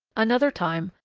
another time,